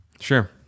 Sure